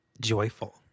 joyful